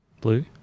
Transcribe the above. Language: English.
Blue